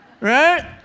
right